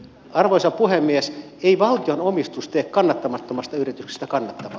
arvoisa puhemies ei valtion omistus tee kannattamattomasta yrityksestä kannattavaa